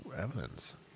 evidence